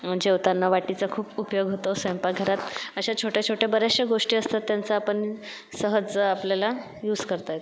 जेवताना वाटीचा खूप उपयोग होतो स्वयंपाकघरात अश्या छोट्या छोट्या बऱ्याचश्या गोष्टी असतात त्यांचा आपण सहज आपल्याला यूज करता येतो